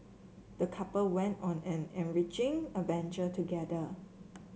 the couple went on an enriching adventure together